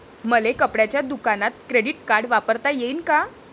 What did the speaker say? मले कपड्याच्या दुकानात क्रेडिट कार्ड वापरता येईन का?